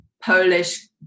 Polish